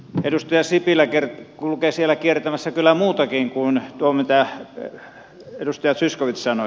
edustaja sipilä kulkee siellä kertomassa kyllä muutakin kuin tuon mitä edustaja zyskowicz sanoi